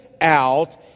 out